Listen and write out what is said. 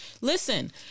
Listen